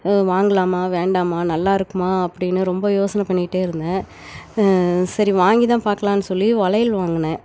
வாங்கலாமா வேண்டாமா நல்லா இருக்குமா அப்படின்னு ரொம்ப யோசனை பண்ணி கிட்டே இருந்தேன் சரி வாங்கி தான் பாக்கலாம் சொல்லி வளையல் வாங்குனேன்